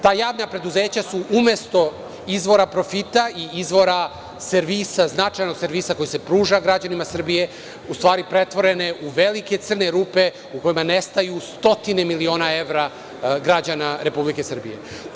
Ta javna preduzeća su, umesto izvora profita i izvora servisa, značajnog servisa koji se pruža građanima Srbije, u stvari pretvorena u velike crne rupe u kojima nestaju stotine miliona evra građana Republike Srbije.